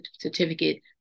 certificate